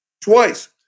twice